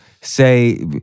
say